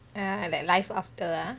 ya like life after ah